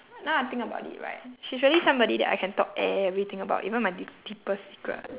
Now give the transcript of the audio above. now I think about it right she's really somebody that I can talk everything about even my deep~ deepest secret